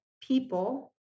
people